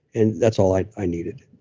and that's all i i needed.